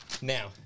Now